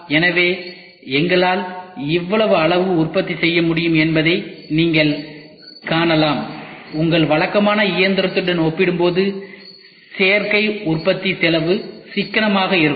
எனவே எங்களால் இவ்வளவு அளவு உற்பத்தி செய்ய முடியும் என்பதை நீங்கள் காணலாம் உங்கள் வழக்கமான இயந்திரத்துடன் ஒப்பிடும்போது சேர்க்கை உற்பத்தி செலவு சிக்கனமாக இருக்கும்